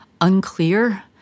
unclear